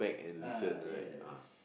ah yes